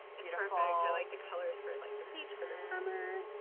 you know like the colors for like, the peach for the summer.